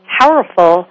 powerful